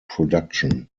production